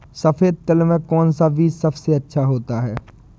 सफेद तिल में कौन सा बीज सबसे अच्छा होता है?